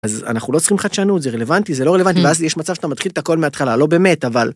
אז אנחנו לא צריכים חדשנות זה רלוונטי זה לא רלוונטי אז יש מצב שאתה מתחיל את הכל מההתחלה לא באמת אבל.